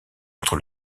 entre